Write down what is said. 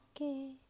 okay